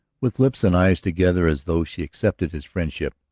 with lips and eyes together as though she accepted his friendship.